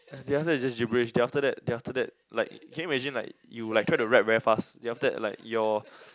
the other is just gibberish then after that then after that like can you imagine like you like try to rap very fast then after that like your